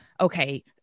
okay